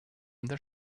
their